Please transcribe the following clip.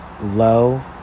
low